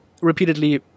repeatedly